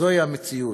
זוהי המציאות.